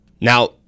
Now